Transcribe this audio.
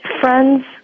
friends